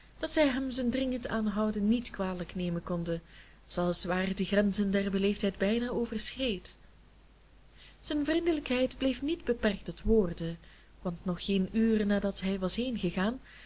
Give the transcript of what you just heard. dat zij hem zijn dringend aanhouden niet kwalijk nemen konden zelfs waar het de grenzen der beleefdheid bijna overschreed zijn vriendelijkheid bleef niet beperkt tot woorden want nog geen uur nadat hij was